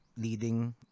leading